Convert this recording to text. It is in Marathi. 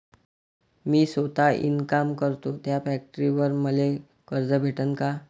मी सौता इनकाम करतो थ्या फॅक्टरीवर मले कर्ज भेटन का?